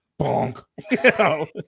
Bonk